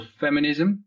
feminism